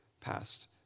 past